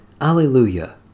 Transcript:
Alleluia